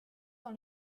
dans